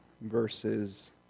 verses